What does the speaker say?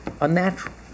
unnatural